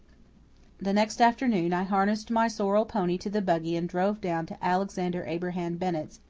the next afternoon i harnessed my sorrel pony to the buggy and drove down to alexander abraham bennett's.